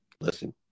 Listen